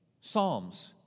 Psalms